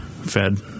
fed